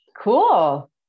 cool